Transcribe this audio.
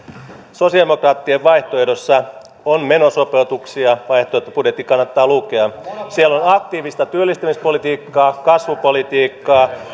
sosialidemokraattien vaihtoehdossa on menosopeutuksia vaihtoehtobudjetti kannattaa lukea siellä on aktiivista työllistämispolitiikkaa kasvupolitiikkaa